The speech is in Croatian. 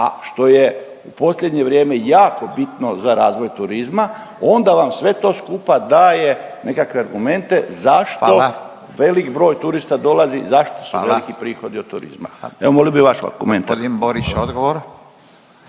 a što je u posljednje vrijeme jako bitno za razvoj turizma, onda vam sve to skupa daje nekakve argumente zašto…/Upadica Radin: Hvala./…velik broj turista dolazi i zašto su…/Upadica Radin: Hvala./…veliki prihodi od turizma. Evo molio bi vas argumente.